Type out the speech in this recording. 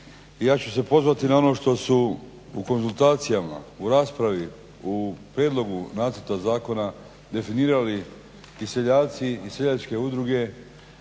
Ja ću se pozvati na ono što su u konzultacijama, u raspravi, u prijedlogu nacrta zakona definirali i seljaci i seljačke udruge